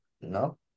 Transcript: No